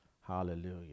Hallelujah